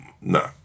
no